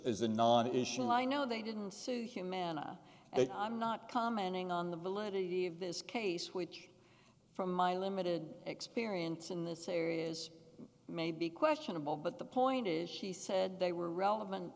is a non issue and i know they didn't suit humana and i'm not commenting on the validity of this case which from my limited experience in this area is maybe questionable but the point is she said they were relevant